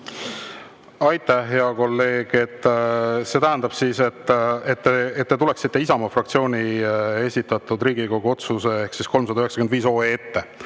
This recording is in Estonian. Aitäh, hea kolleeg! See tähendab siis, et see tuleks Isamaa fraktsiooni esitatud Riigikogu otsuse ehk 395 OE ette